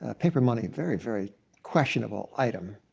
ah paper money very, very questionable item.